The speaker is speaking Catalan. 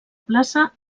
plaça